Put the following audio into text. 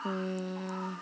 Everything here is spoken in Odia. ହଁ